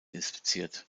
inspiziert